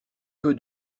peu